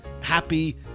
happy